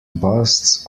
busts